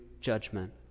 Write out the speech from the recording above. judgment